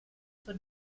zur